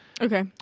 Okay